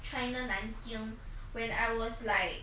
china 南京 when I was like